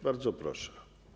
Bardzo proszę.